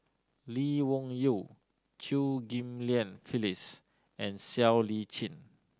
Lee Wung Yew Chew Ghim Lian Phyllis and Siow Lee Chin